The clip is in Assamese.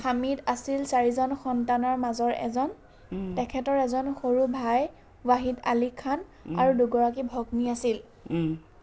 হামিদ আছিল চাৰিজন সন্তানৰ মাজৰ এজন তেখেতৰ এজন সৰু ভাই ৱাহিদ আলী খান আৰু দুগৰাকী ভগ্নী আছিল